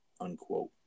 unquote